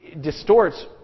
distorts